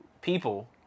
people